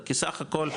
כי סך הכול,